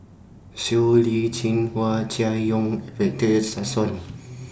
Siow Lee Chin Hua Chai Yong and Victor Sassoon